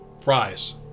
fries